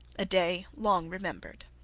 a day long remembered.